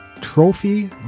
trophy